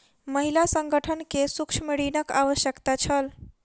महिला संगठन के सूक्ष्म ऋणक आवश्यकता छल